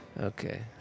Okay